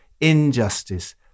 Injustice